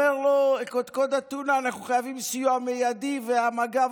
אומר לו קודקוד אתונה: אנחנו חייבים סיוע מיידי ומג"ב